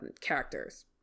characters